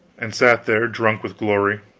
and sat there drunk with glory,